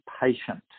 patient